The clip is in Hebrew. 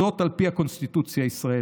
וזאת על פי הקונסטיטוציה הישראלית.